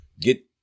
get